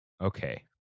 Okay